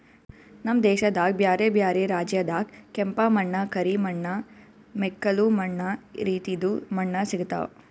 ನಮ್ ದೇಶದಾಗ್ ಬ್ಯಾರೆ ಬ್ಯಾರೆ ರಾಜ್ಯದಾಗ್ ಕೆಂಪ ಮಣ್ಣ, ಕರಿ ಮಣ್ಣ, ಮೆಕ್ಕಲು ಮಣ್ಣ ರೀತಿದು ಮಣ್ಣ ಸಿಗತಾವ್